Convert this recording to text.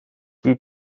die